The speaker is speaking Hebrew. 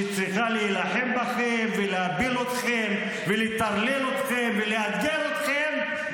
שצריכה להילחם בכם ולהפיל אתכם ולטרלל אתכם ולאתגר אתכם,